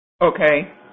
okay